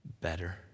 better